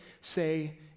say